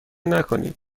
نکنید